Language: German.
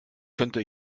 könnte